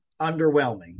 underwhelming